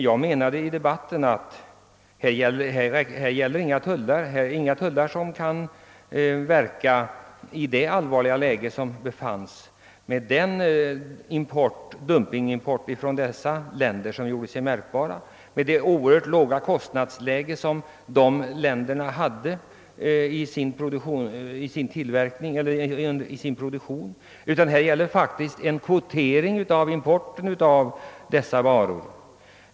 Jag framhöll då i debatten, att här var det inte fråga om tullmurar som kunde rädda det allvarliga läget som uppkommit med dumpingimport från dessa länder med det oerhört låga kostnadsläge, som de hade i sin produktion, utan här gällde det faktiskt att få fram en kvotering av importen av dessa varor.